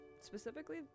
Specifically